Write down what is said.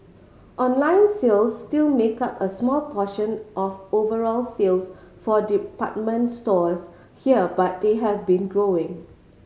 online sales still make up a small portion of overall sales for department stores here but they have been growing